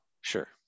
Sure